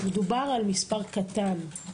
מדובר במספר קטן.